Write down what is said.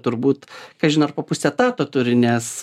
turbūt kažin ar po pusę etato turi nes